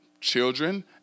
children